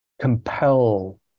compel